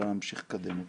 אלא נמשיך לקדם אותו.